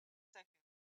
seconds